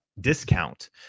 Discount